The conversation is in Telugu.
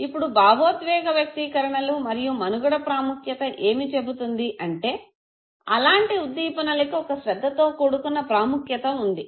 ఇప్పుడు భొవేద్వేగ వ్యక్తీకరణలు మరియు మనుగడ ప్రాముఖ్యత ఏమి చెబుతుంది అంటే అలాంటి ఉద్దీపనలకి ఒక శ్రద్ధతో కూడుకున్న ప్రాముఖ్యతఉంది